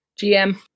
GM